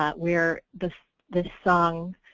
ah where the the song